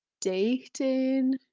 dating